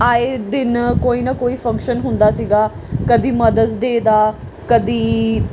ਆਏ ਦਿਨ ਕੋਈ ਨਾ ਕੋਈ ਫੰਕਸ਼ਨ ਹੁੰਦਾ ਸੀਗਾ ਕਦੀ ਮਦਰਸ ਡੇਅ ਦਾ ਕਦੀ